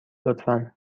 لطفا